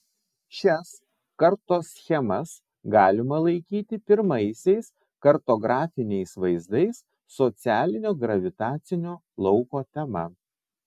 šias kartoschemas galima laikyti pirmaisiais kartografiniais vaizdais socialinio gravitacinio lauko tema